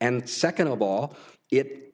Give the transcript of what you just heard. and second of all it